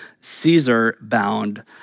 Caesar-bound